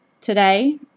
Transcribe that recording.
today